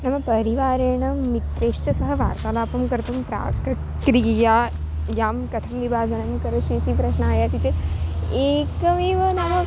मम परिवारेण मित्रैश्च सह वार्तालापं कर्तुं प्राकक्रियायां कथं विभजनं करिष्ये इति प्रश्नः आयाति चेत् एकमेव नाम